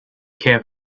care